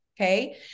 okay